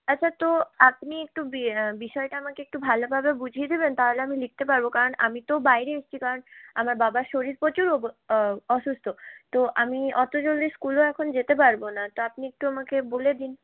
আচ্ছা তো আপনি একটু বিষয়টা আমাকে একটু ভালোভাবে বুঝিয়ে দেবেন তাহলে আমি লিখতে পারব কারণ আমি তো বাইরে এসেছি কারণ আমার বাবার শরীর প্রচুর অসুস্থ তো আমি অত জলদি স্কুলও এখন যেতে পারব না তা আপনি একটু আমাকে বলে দিন